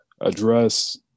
address